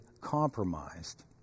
compromised